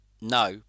No